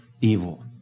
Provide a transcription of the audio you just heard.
evil